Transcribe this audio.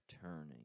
turning